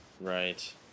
Right